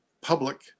public